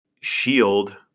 shield